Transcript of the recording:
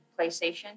PlayStation